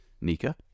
Nika